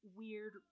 weird